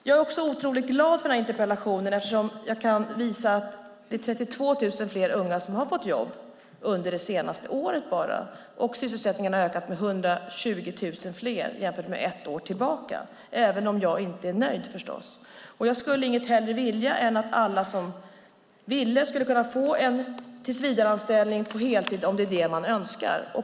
Jag är också otroligt glad för den här interpellationen eftersom jag kan visa att det är 32 000 fler unga som har fått jobb bara under det senaste året. Sysselsättningen har ökat med 120 000 jämfört med ett år tillbaka. Ändå är jag förstås inte nöjd. Jag skulle inget hellre vilja än att alla som ville kunde få en tillsvidareanställning på heltid, om det är det man önskar.